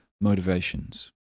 motivations